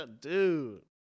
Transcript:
Dude